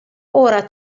ora